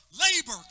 Labor